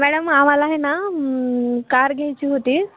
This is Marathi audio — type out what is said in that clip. मॅडम आम्हाला आहे ना कार घ्यायची होती